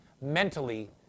mentally